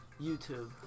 YouTube